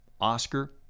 Oscar